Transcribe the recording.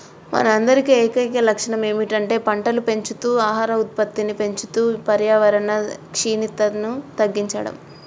మన అందరి ఏకైక లక్షణం ఏమిటంటే పంటలు పెంచుతూ ఆహార ఉత్పత్తిని పెంచుతూ పర్యావరణ క్షీణతను తగ్గించడం